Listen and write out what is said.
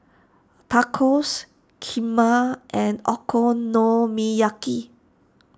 Tacos Kheema and Okonomiyaki